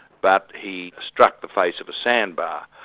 but he struck the face of a sandbar,